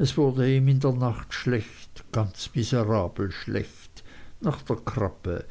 es wurde ihm in der nacht schlecht ganz miserabel schlecht nach der krabbe